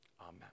Amen